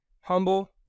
humble